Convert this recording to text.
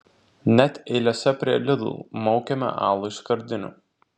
net eilėse prie lidl maukiame alų iš skardinių